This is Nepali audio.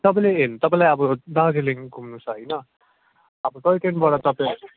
तपाईँले तपाईँलाई अब दार्जिलिङ घुम्नु छ होइन अब टोय ट्रेनबाट तपाईँ